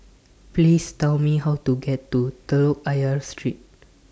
Please Tell Me How to get to Telok Ayer Street